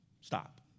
Stop